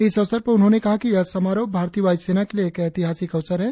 इस अवसर पर उन्होंने कहा कि यह समारोह भारतीय वायु सेना के लिए एक ऐतिहासिक अवसर है